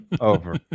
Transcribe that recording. over